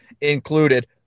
included